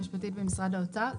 במשרד האוצר.